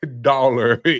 dollar